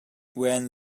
when